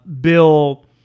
Bill